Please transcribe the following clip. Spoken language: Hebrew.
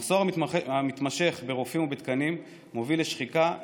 המחסור המתמשך ברופאים ובתקנים מוביל לשחיקה,